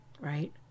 Right